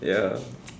ya